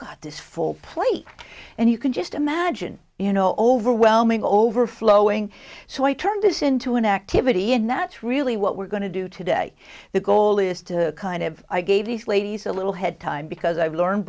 got this full plate and you can just imagine you know overwhelming overflowing so i turned this into an activity and that's really what we're going to do today the goal is to kind of i gave these ladies a little head time because i've learned